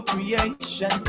Creation